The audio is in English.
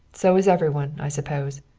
so is every one, i suppose.